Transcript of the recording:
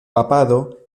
papado